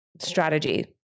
strategy